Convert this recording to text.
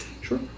Sure